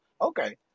Okay